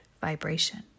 vibration